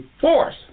force